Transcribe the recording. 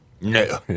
No